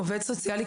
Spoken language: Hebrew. עובד סוציאלי,